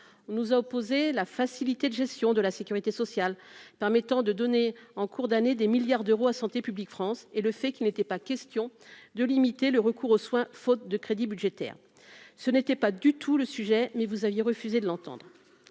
on nous a opposé la facilité de gestion de la sécurité sociale permettant de donner en cours d'année, des milliards d'euros à Santé publique France et le fait qu'il n'était pas question de limiter le recours aux soins faute de crédits budgétaires, ce n'était pas du tout le sujet, mais vous aviez refusé de l'entendre,